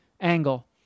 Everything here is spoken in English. angle